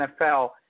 NFL